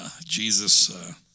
Jesus